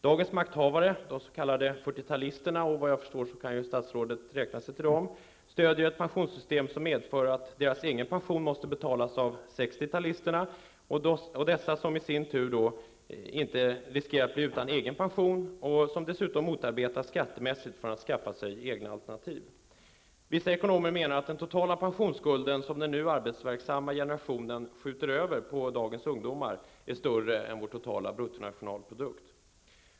Dagens makthavare, de s.k. fyrtiotalisterna -- vad jag förstår kan statsrådet räkna sig till dem -- stödjer ett pensionssystem som medför att deras egen pension måste betalas av sextiotalisterna. Dessa i sin tur riskerar att bli utan egen pension och motarbetas dessutom skattemässigt från att skaffa sig egna alternativ. Vissa ekonomer menar att den totala pensionsskulden, som den nu arbetsverksamma generationen skjuter över på dagens ungdomar, är större än vår totala bruttonationalprodukt.